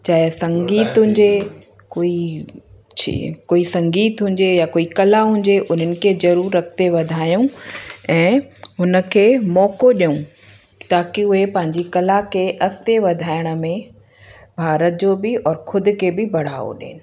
चाहे संगीत हुजे कोई च कोई संगीत हुजे या कोई कला हुजे उन्हनि खे ज़रूरु अॻिते वधायूं ऐं हुनखे मौक़ो ॾियूं ताकि उहे पंहिंजी कला खे अॻिते वधाइण में भारत जो बि और ख़ुदि खे बि बढाओ ॾियनि